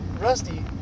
Rusty